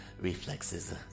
reflexes